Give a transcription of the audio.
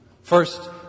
First